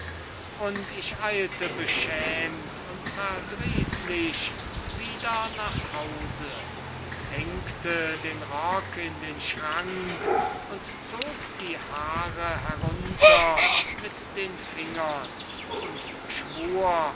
und ich eilte beschämt und verdrießlich wieder nach hause hängte den rock in den schrank und zog die haare herunter mit den fingern und schwur